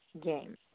game